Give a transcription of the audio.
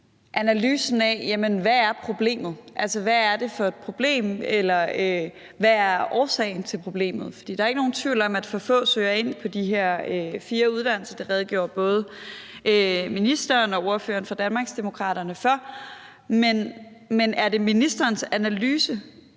analysen af, hvad problemet er; altså, hvad er det for et problem, eller hvad er årsagen til problemet? For der er ikke nogen tvivl om, at for få søger ind på de her fire uddannelser. Det redegjorde både ministeren og ordføreren for Danmarksdemokraterne for. Men er det ministerens analyse,